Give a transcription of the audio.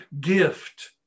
gift